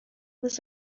this